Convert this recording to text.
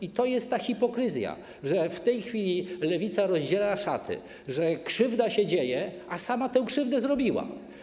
I to jest ta hipokryzja, że w tej chwili Lewica rozdziera szaty, że krzywda się dzieje, a sama tę krzywdę zrobiła.